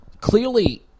Clearly